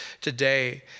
today